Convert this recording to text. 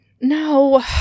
No